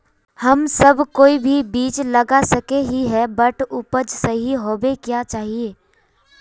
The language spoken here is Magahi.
हम सब कोई भी बीज लगा सके ही है बट उपज सही होबे क्याँ चाहिए?